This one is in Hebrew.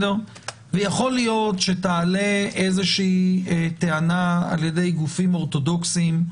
יכול להיות שתעלה איזושהי טענה על ידי גופים אורתודוקסיים,